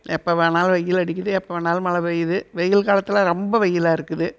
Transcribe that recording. எப்போ வேணாலும் வெயில் அடிக்குது எப்போ வேணாலும் மழை பெய்யுது வெயில் காலத்தில் ரொம்ப வெயிலாக இருக்குது